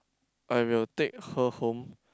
I will take her home